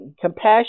Compassion